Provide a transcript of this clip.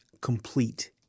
complete